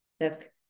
look